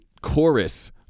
chorus